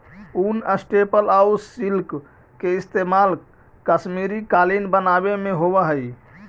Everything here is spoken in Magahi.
ऊन, स्टेपल आउ सिल्क के इस्तेमाल कश्मीरी कालीन बनावे में होवऽ हइ